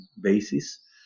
basis